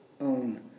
own